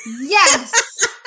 yes